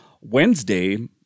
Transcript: Wednesday